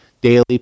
daily